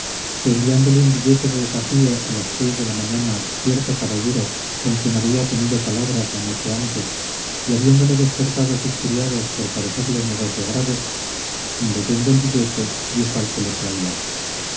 envíandole un billete de desafío a las seis de la mañana cierto caballero con quien había tenido palabras la noche antes y habiéndole despertado sus criados por parecerles negocio grave en leyendo el billete dijo al que le traía